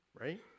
right